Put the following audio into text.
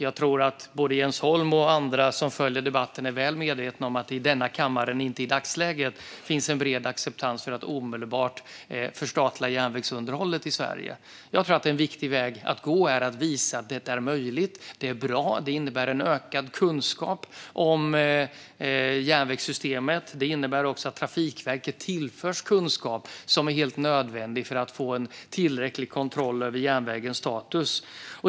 Jag tror också att både Jens Holm och andra som följer debatten är väl medvetna om att det i denna kammare inte i dagsläget finns en bred acceptans för att omedelbart förstatliga järnvägsunderhållet i Sverige. Jag tror att en viktig väg att gå är att visa att det är möjligt och att det är bra och innebär en ökad kunskap om järnvägssystemet. Det innebär också att Trafikverket tillförs kunskap som är helt nödvändig för att få en tillräcklig kontroll över järnvägens status.